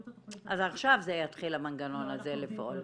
את התכנית -- אז עכשיו יתחיל המנגנון הזה לפעול.